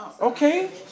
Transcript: Okay